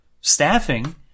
staffing